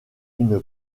une